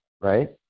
right